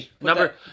number